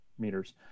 meters